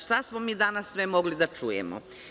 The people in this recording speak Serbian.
Šta smo mi danas sve mogli da čujemo?